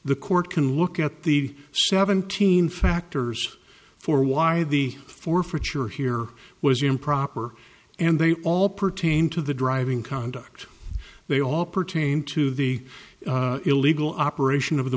the court can look at the seventeen factors for why the forfeiture here was improper and they all pertain to the driving conduct they all pertain to the illegal operation of the